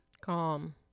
calm